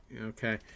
okay